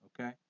okay